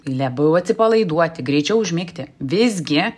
lebau atsipalaiduoti greičiau užmigti visgi